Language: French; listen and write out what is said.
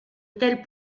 tels